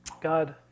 God